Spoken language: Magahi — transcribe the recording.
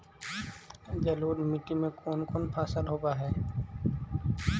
जलोढ़ मट्टी में कोन कोन फसल होब है?